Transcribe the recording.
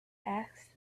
asked